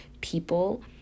people